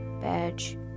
Badge